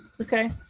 Okay